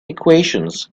equations